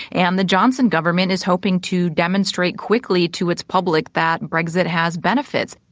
and the johnson government is hoping to demonstrate quickly to its public that brexit has benefits.